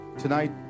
Tonight